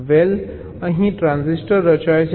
વેલ અહીં ટ્રાન્ઝિસ્ટર રચાય છે